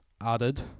added